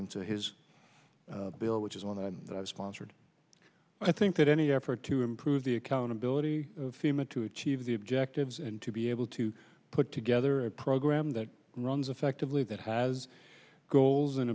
into his bill which is on and sponsored i think that any effort to improve the accountability fema to achieve the objectives and to be able to put together a program that runs effectively that has goals and